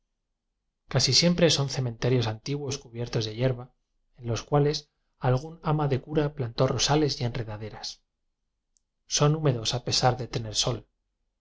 casi siempre son cementerios antiguos cubiertos de hierba en los cuales algún ama de cura plantó rosales y enredaderas son húmedos a pesar de tener